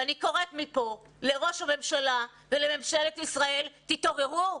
אני קוראת מפה לראש הממשלה ולממשלת ישראל: תתעוררו,